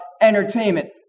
entertainment